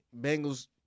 Bengals